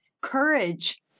courage